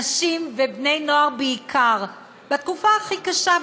אנשים ובני-נוער בעיקר בתקופה הכי קשה,